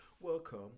welcome